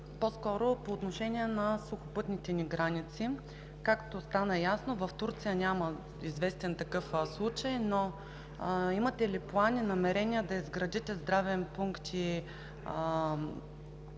по-скоро по отношение на сухопътните ни граници. Както стана ясно, в Турция няма известен такъв случай, но имате ли план и намерения да изградите здравен пункт